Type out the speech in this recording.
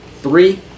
Three